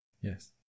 Yes